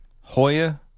Hoya